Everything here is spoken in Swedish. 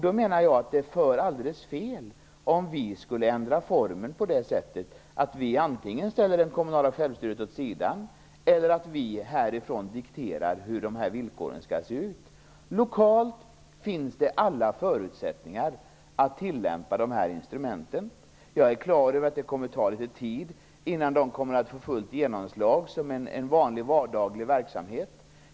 Då menar jag att det för alldeles fel om vi skulle ändra formen på det sättet att vi antingen ställer det kommunala självstyret åt sidan eller härifrån dikterar villkoren. Lokalt finns det alla förutsättningar att tillämpa instrumenten. Jag är på det klara med att det kommer att ta tid innan de kommer att få fullt genomslag som en vanlig vardaglig verksamhet.